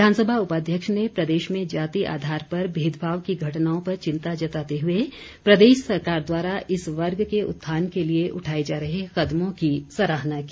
विधानसभा उपाध्यक्ष ने प्रदेश में जाति आधार पर भेदभाव की घटनाओं पर चिंता जताते हुए प्रदेश सरकार द्वारा इस वर्ग के उत्थान के लिए उठाए जा रहे कदमों की सराहना की